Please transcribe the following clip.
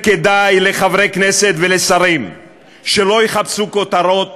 כדאי לחברי כנסת ולשרים שלא יחפשו כותרות